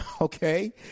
Okay